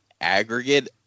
aggregate